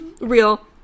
Real